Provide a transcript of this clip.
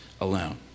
alone